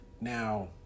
Now